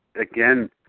again